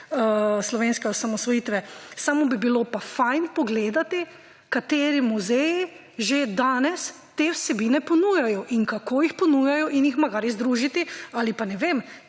slovenske osamosvojitve, vendar bi bilo dobro pogledati, kateri muzeji že danes te vsebine ponujajo in kako jih ponujajo ter jih morda združiti ali pa, ne vem,